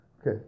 Okay